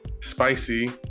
spicy